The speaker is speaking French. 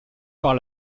par